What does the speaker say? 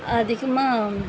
அதிகமாக